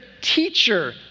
teacher